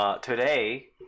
Today